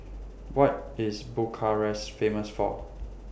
What IS Bucharest Famous For